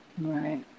Right